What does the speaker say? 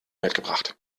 mitgebracht